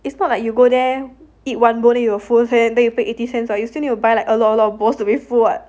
it's not like you go there eat one bowl then you will full eh then you pay eighty cents orh you still need to buy like a lot a lot of bowls to be full [what]